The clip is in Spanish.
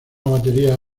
batería